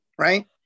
Right